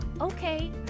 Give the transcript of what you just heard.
Okay